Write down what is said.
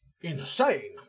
insane